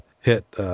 hit –